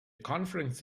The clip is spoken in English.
conference